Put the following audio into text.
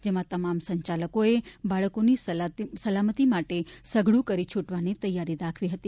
જેમાં તમામ સંચાલકોએ બાળકોની સલામતી માટે સઘળુ કરી છૂટવાની તૈયારી દાખવી હતી